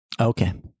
okay